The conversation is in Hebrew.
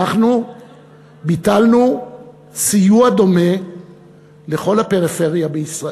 אנחנו ביטלנו סיוע דומה לכל הפריפריה בישראל.